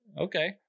okay